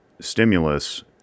stimulus